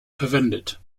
verwendet